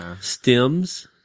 Stems